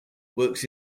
works